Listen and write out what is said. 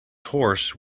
horse